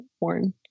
worn